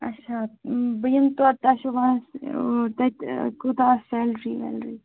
اَچھا بہٕ یِم تور توہہِ چھو وَنان تَتی کوٗتاہ آسہِ سٮ۪لری وٮ۪لری